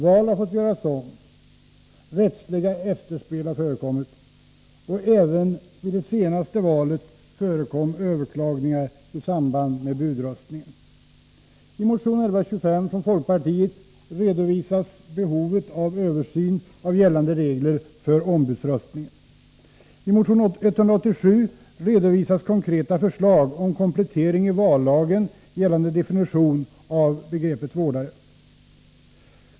Val har fått göras om. Rättsliga efterspel har förekommit. Även vid det senaste valet ägde det rum överklagningar som hade samband med budröstningen.